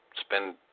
spend